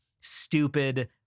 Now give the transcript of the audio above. stupid